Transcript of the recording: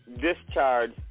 discharge